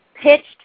pitched